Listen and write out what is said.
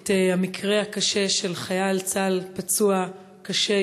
את המקרה הקשה של חייל צה"ל שפצוע קשה,